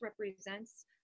represents